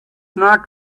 not